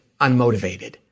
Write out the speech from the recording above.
unmotivated